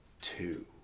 two